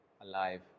alive